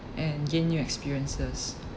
and gain new experiences